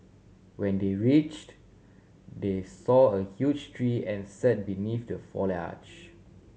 when they reached they saw a huge tree and sat beneath the foliage